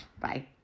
bye